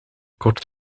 kort